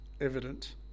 evident